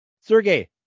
Sergey